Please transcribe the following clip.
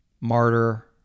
martyr